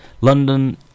London